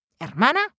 Hermana